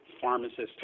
pharmacists